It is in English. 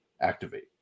activate